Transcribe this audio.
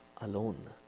alone